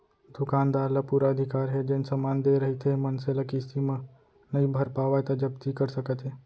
दुकानदार ल पुरा अधिकार हे जेन समान देय रहिथे मनसे ल किस्ती म नइ भर पावय त जब्ती कर सकत हे